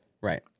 Right